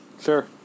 Sure